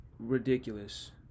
ridiculous